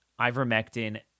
ivermectin